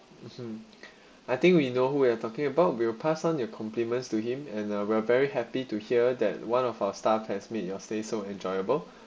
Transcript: mm I think we know who we are talking about we'll pass on your compliments to him and we're very happy to hear that one of our staff has made your stay so enjoyable